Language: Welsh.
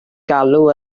galw